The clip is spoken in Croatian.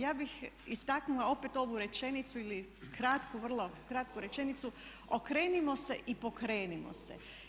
Ja bih istaknula opet ovu rečenicu ili kratku, vrlo kratku rečenicu, okrenimo se i pokrenimo se.